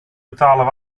betalen